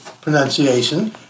pronunciation